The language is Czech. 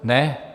Ne.